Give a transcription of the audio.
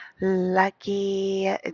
lucky